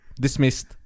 Dismissed